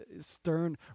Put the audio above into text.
stern